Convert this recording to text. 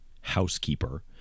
housekeeper